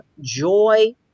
joy